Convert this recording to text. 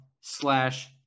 slash